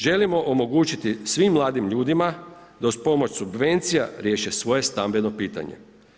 Želimo omogućiti svim mladim ljudima da uz pomoć subvencija riješe svoje stambeno pitanje.